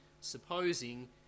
supposing